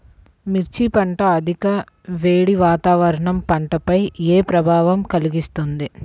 మిర్చి పంట అధిక వేడి వాతావరణం పంటపై ఏ ప్రభావం కలిగిస్తుంది?